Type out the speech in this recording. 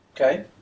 Okay